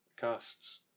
casts